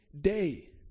day